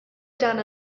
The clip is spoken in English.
done